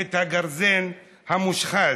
את הגרזן המושחז.